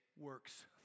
works